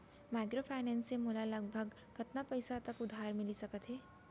Microfinance से मोला लगभग कतना पइसा तक उधार मिलिस सकत हे?